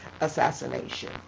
assassination